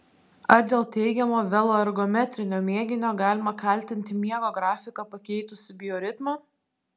ar dėl teigiamo veloergometrinio mėginio galima kaltinti miego grafiką pakeitusį bioritmą